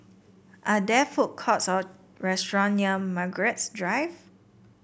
are there food courts or restaurant near Margaret's Drive